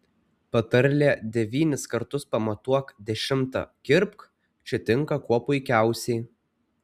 patarlė devynis kartus pamatuok dešimtą kirpk čia tinka kuo puikiausiai